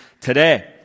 today